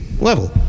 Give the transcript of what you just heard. level